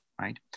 Right